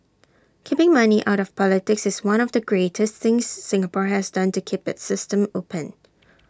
keeping money out of politics is one of the greatest things Singapore has done to keep its system open